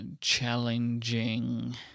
Challenging